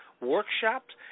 workshops